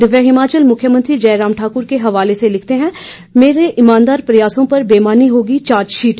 दिव्य हिमाचल मुख्यमंत्री जयराम ठाकुर के हवाले से लिखता है मेरे ईमानदार प्रयासों पर बेमानी होगी चार्जशीट